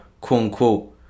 quote-unquote